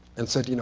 and said, you know